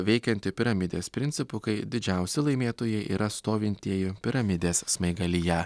veikianti piramidės principu kai didžiausi laimėtojai yra stovintieji piramidės smaigalyje